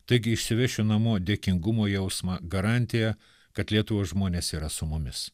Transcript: taigi išsivešiu namo dėkingumo jausmą garantiją kad lietuvos žmonės yra su mumis